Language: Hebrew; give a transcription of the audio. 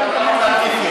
אתה לא יכול,